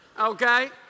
Okay